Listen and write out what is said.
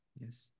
Yes